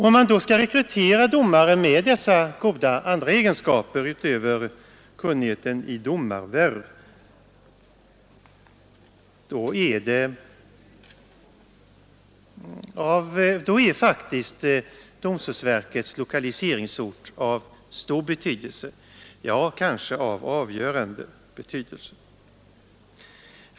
Om man då skall rekrytera domare med dessa goda andra egenskaper utöver kunnigheten i domarvärv, då är faktiskt domstolsverkets lokali seringsort av stor betydelse, ja, kanske av avgörande betydelse.